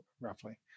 roughly